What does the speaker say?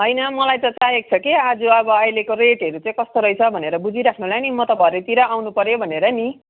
होइन मलाई त चाहिएको छ कि आज अब अहिलेको रेटहरू चाहिँ कस्तो रहेछ भनेर बुझिराख्नुलाई नि म त भरेतिर आउनु पर्यो भनेर नि